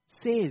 says